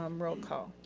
um roll call.